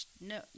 no